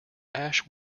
ash